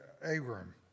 Abram